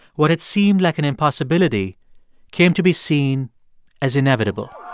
what had seemed like an impossibility came to be seen as inevitable